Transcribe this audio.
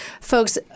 folks